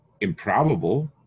improbable